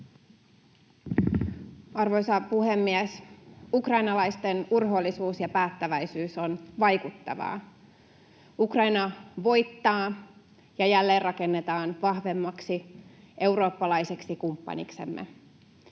Arvoisa puhemies! Ukrainalaisten urhoollisuus ja päättäväisyys on vaikuttavaa. Ukraina voittaa, ja se jälleenrakennetaan vahvemmaksi eurooppalaiseksi kumppaniksemme.